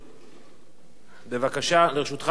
בבקשה, לרשותך שלוש דקות.